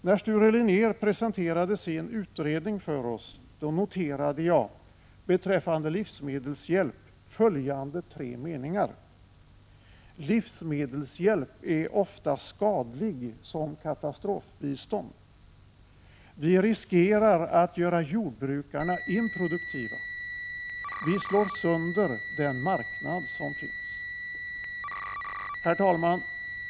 När Sture Linnér presenterade sin utredning för oss, noterade jag beträffande livsmedelshjälp följade tre meningar: Livsmedelshjälp är ofta skadlig som katastrofbistånd. Vi riskerar att göra jordbrukarna improduktiva. Vi slår sönder den marknad som finns. Herr talman!